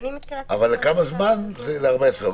אבל זה ל-14 ימים.